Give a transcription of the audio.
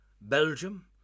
Belgium